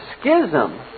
schism